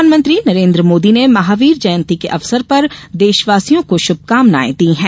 प्रधानमंत्री नरेन्द्र मोदी ने महावीर जयंती के अवसर पर देशवासियों को श्भकामनाएं दी हैं